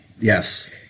Yes